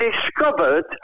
discovered